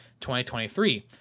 2023